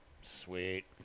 Sweet